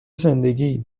زندگی